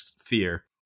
fear